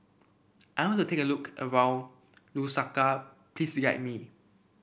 I want to take a look around Lusaka please guide me